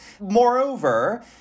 Moreover